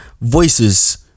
Voices